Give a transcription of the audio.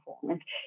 performance